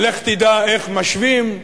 ולך תדע איך משווים.